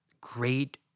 great